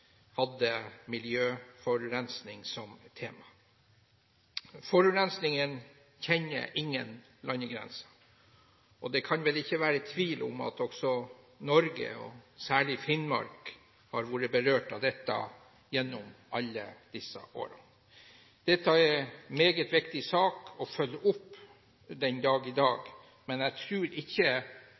hadde miljøforurensning som tema. Forurensning kjenner ingen landegrenser, og det kan vel ikke være tvil om at også Norge, og særlig Finnmark, har vært berørt av dette gjennom alle disse årene. Dette er en meget viktig sak å følge opp den dag i dag, men jeg tror ikke